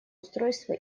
устройства